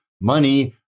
money